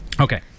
Okay